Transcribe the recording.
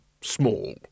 small